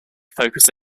focus